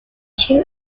two